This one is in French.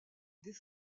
des